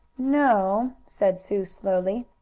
no, said sue slowly.